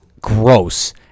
gross